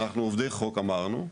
אנחנו עובדי חוק כפי שאמרנו,